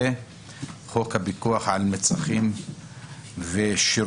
וחוק הפיקוח על מצרכים ושירותים.